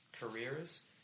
careers